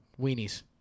Weenies